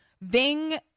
Ving